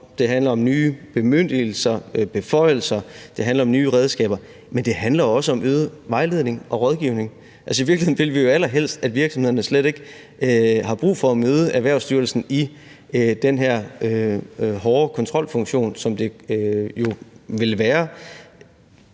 Det handler om nye bemyndigelser, beføjelser. Det handler om nye redskaber, men det handler også om øget vejledning og rådgivning. I virkeligheden ville vi jo allerhelst, at vores virksomheder slet ikke har brug for at møde Erhvervsstyrelsen i den her hårde kontrolfunktion, som det jo ville være,